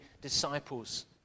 disciples